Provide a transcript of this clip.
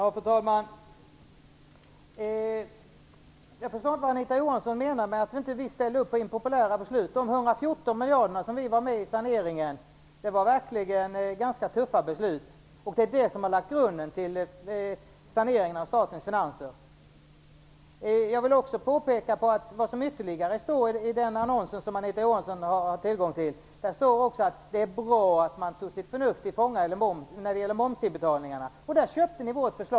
Fru talman! Jag förstår inte vad Anita Johansson menar med att vi inte ställer upp på impopulära beslut. De beslut om 14 miljarder som vi var med om att fatta i saneringsarbetet var verkligen ganska tuffa. Det har lagt grunden för saneringen av statens finanser. Jag vill också påpeka att det står i den annons som Anita Johansson har tillgång till att det var bra att man tog sitt förnuft till fånga när det gäller momsinbetalningarna. Där köpte ni vårt förslag.